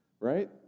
right